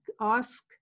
ask